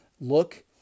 look